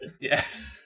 Yes